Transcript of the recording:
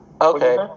Okay